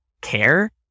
care